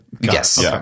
Yes